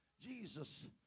Jesus